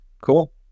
Cool